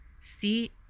see